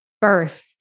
birth